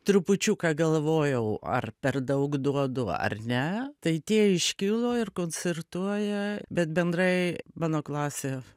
trupučiuką galvojau ar per daug duodu ar ne tai tie iškilo ir koncertuoja bet bendrai mano klasė